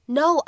no